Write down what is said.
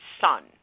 son